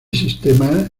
sistema